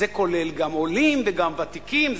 זה כולל גם עולים וגם ותיקים,